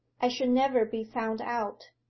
i should never be found out.